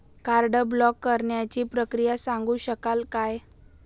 Card block करण्याची प्रक्रिया सांगू शकाल काय?